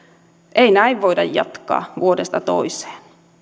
ei näin voida jatkaa vuodesta toiseen